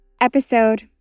Episode